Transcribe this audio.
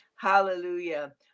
Hallelujah